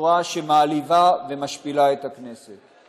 בצורה שמעליבה ומשפילה את הכנסת.